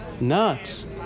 nuts